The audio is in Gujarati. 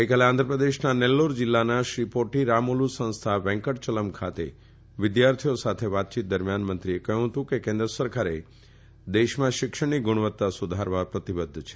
ગઇકાલે આંધ્રપ્રદેશના નેલ્લોર જીલ્લાના શ્રી પોટી શ્રીરામુલુ સંસ્થા વેન્કટ ચલમ ખાતે વિદ્યાર્થીઓ સાથે વાતયીત દરમિયાન મંત્રીએ કહયું હતું કે કેન્દ્ર સરકારે દેશમાં શિક્ષણની ગુણવત્તા સુધારવા પ્રતિબધ્ધ છે